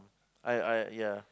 I I ya